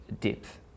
depth